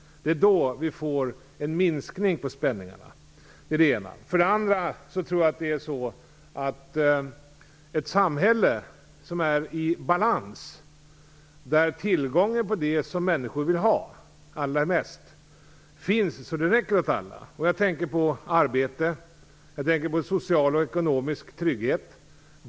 Det är då vi får en minskning av spänningarna. Det är det ena. Det andra är ett samhälle som är i balans, där alla har tillgång till det som människor vill ha allra mest. Jag tänker på arbete och på social och ekonomisk trygghet.